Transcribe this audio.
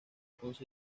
tres